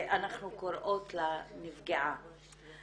ואנחנו קוראות לה: נפגעה,